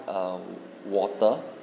err water